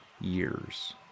years